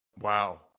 wow